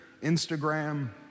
Instagram